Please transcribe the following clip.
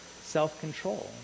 self-control